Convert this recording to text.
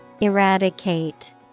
eradicate